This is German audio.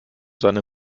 seine